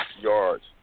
yards